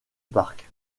parc